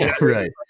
Right